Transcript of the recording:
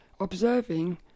observing